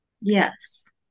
Yes